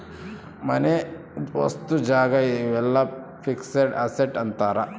ಮನೆ ವಸ್ತು ಜಾಗ ಇವೆಲ್ಲ ಫಿಕ್ಸೆಡ್ ಅಸೆಟ್ ಅಂತಾರ